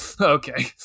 Okay